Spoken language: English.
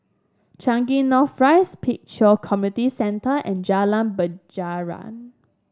Changi North Rise Pek Kio Community Centre and Jalan Penjara